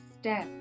step